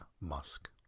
Musk